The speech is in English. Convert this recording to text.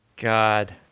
God